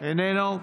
איננו,